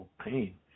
pain